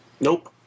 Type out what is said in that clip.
Nope